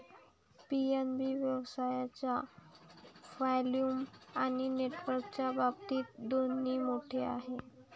PNB व्यवसायाच्या volume आणि नेटवर्कच्या बाबतीत दोन्ही मोठे आहे